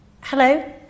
Hello